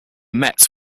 mets